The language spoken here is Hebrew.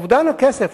אובדן הכסף,